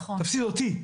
תפסיד אותי.